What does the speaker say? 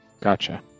Gotcha